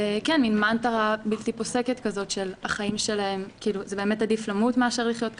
עם מנטרה בלתי פוסקת: "עדיף למות מאשר לחיות כך,